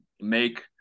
make